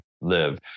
live